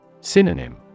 Synonym